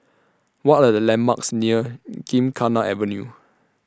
What Are The landmarks near Gymkhana Avenue